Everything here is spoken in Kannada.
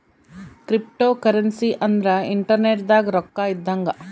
ಕ್ರಿಪ್ಟೋಕರೆನ್ಸಿ ಅಂದ್ರ ಇಂಟರ್ನೆಟ್ ದಾಗ ರೊಕ್ಕ ಇದ್ದಂಗ